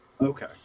Okay